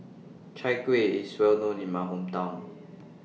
Chai Kuih IS Well known in My Hometown